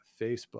Facebook